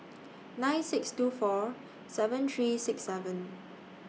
nine six two four seven three six seven